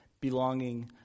Belonging